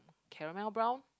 caramel brown